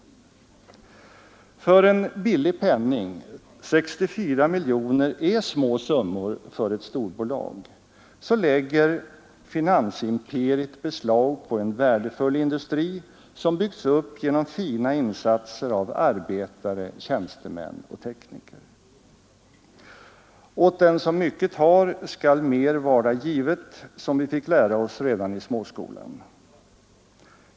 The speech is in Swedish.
För en billig penning — 64 miljoner är en liten summa för storbolag — lägger finansimperiet beslag på en värdefull industri som byggts upp genom fina insatser av arbetare, tjänstemän och tekniker. ”Åt den som mycket har skall mer varda givet”, fick vi lära oss redan i småskolan.